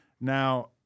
Now